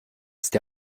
ist